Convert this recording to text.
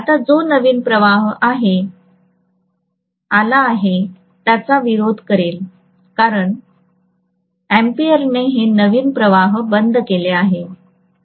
आता जो नवीन प्रवाह आला आहे त्याचा विरोध करेल कारण एम्पीयरने हे नवीन प्रवाह बंद केले आहे